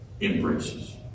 embraces